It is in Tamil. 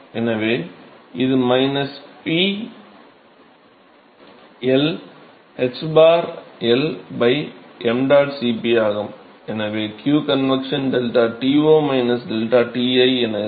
எனவே இது P L ħL ṁ Cp ஆகும் எனவே q convection ΔTo ΔTi என இருக்கும்